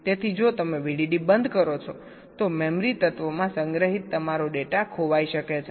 તેથી જો તમે VDD બંધ કરો છો તો મેમરી તત્વોમાં સંગ્રહિત તમારો ડેટા ખોવાઈ શકે છે